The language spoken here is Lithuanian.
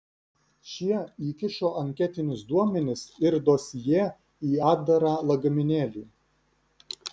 šie įkišo anketinius duomenis ir dosjė į atdarą lagaminėlį